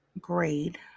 grade